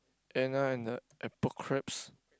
Anna and the Apocalypse